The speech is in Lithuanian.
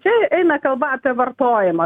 čia eina kalba apie vartojimą